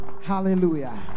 hallelujah